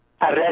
Arrest